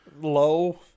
low